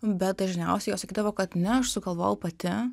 bet dažniausiai jos sakydavo kad ne aš sugalvojau pati